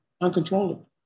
uncontrollable